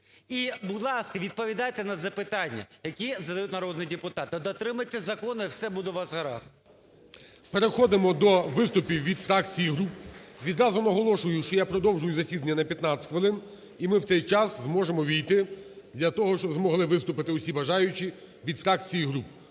І, будь ласка, відповідайте на запитання, які задають народні депутати, дотримуйтесь закону, і все буде у вас гаразд. ГОЛОВУЮЧИЙ. Переходимо до виступів від фракцій і груп. Відразу наголошую, що я продовжую засідання на 15 хвилин, і ми в цей час зможемо увійти для того, щоб змогли виступити усі бажаючі від фракцій і груп.